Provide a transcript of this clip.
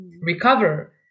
recover